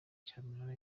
cyamunara